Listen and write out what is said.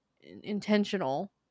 intentional